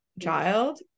child